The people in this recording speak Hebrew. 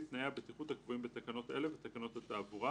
תנאי הבטיחות הקבועים בתקנות אלה ותקנות התעבורה,